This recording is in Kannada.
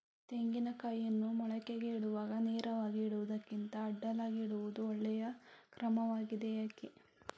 ತೆಂಗಿನ ಕಾಯಿಯನ್ನು ಮೊಳಕೆಗೆ ಇಡುವಾಗ ನೇರವಾಗಿ ಇಡುವುದಕ್ಕಿಂತ ಅಡ್ಡಲಾಗಿ ಇಡುವುದು ಒಳ್ಳೆಯ ಕ್ರಮವಾಗಿದೆ ಏಕೆ?